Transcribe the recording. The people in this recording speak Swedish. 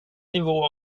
nivå